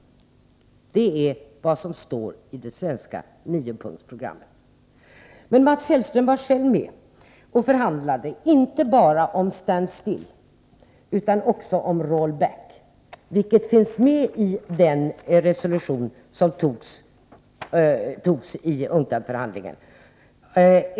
— Det är vad som står i det svenska niopunktsprogrammet. Men Mats Hellström var själv med och förhandlade inte bara om stand-still gentemot u-länderna utan också om roll-back, vilket finns med i den resolution som togs i UNCTAD-förhandlingen.